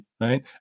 right